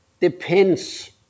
depends